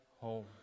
home